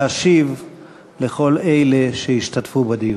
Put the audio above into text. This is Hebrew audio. להשיב לכל אלה שהשתתפו בדיון.